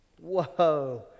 Whoa